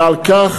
ועל כך,